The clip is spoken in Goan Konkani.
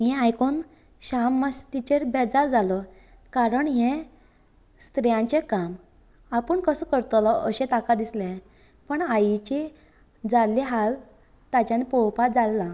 हे आयकोन श्याम मात तिजेर बेजार जालो कारण हे स्त्रियांचे काम आपूण कसो करतले अशें ताका दिसले पूण आईची जाल्ले हाल ताच्यान पळोवपा जालना